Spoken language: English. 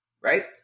right